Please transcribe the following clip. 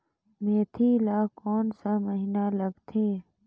मेंथी ला कोन सा महीन लगथे?